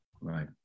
Right